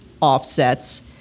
offsets